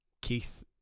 Keith